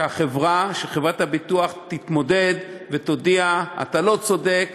שחברת הביטוח תתמודד ותודיע: אתה לא צודק,